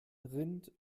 rind